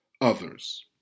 others